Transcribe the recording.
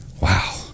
Wow